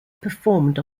performed